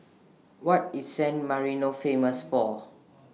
What IS San Marino Famous For